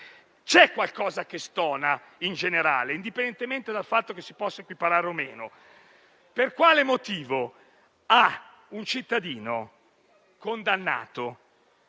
c'è qualcosa che stona in generale, indipendentemente dal fatto che si possa equiparare o no. A un cittadino condannato